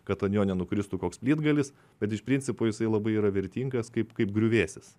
kad ant jo nenukristų koks plytgalis bet iš principo jisai labai yra vertingas kaip kaip griuvėsis